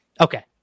Okay